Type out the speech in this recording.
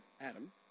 Adam